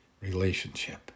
relationship